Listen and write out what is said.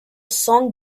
song